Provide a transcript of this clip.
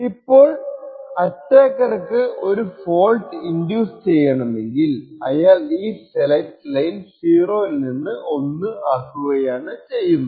ഇപ്പോൾ ആട്ടക്കർക്കു ഒരു ഫോൾട്ട് ഇൻഡ്യൂസ് ചെയ്യണമെങ്കിൽ അയാൾ ഈ സെലക്ട് ലൈൻ 0ൽ നിന്ന് 1 ആക്കും